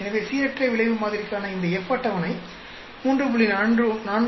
எனவே சீரற்ற விளைவு மாதிரிக்கான இந்த F அட்டவணை 3